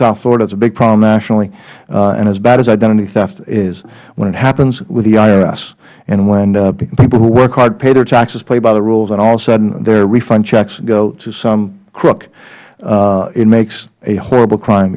is a big problem nationally and as bad as identity theft is when it happens with the irs and when people who work hard pay their taxes play by the rules and all of a sudden their refund checks go to some crook it makes a horrible crime